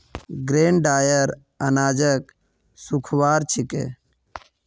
grain dryer अनाजक सुखव्वार छिके